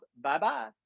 Bye-bye